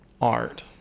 Art